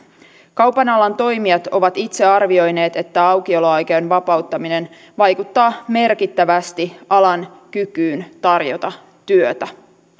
kaupan alan toimijat ovat itse arvioineet että aukioloaikojen vapauttaminen vaikuttaa merkittävästi alan kykyyn tarjota työtä